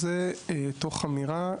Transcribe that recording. זה הסיפור הגאופוליטי.